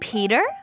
Peter